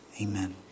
Amen